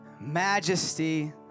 Majesty